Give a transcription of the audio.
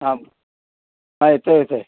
हा हा येतो आहे येतो आहे